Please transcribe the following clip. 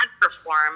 perform